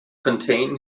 contain